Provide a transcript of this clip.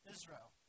Israel